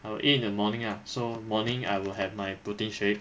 I will eat in the morning ah so morning I will have my protein shake